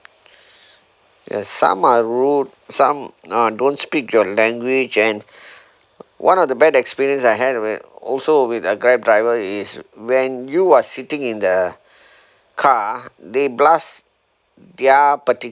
ya some are rude some uh don't speak your language and one of the bad experience I had was also with a grab driver is when you are sitting in the car they blast their particular